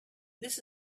this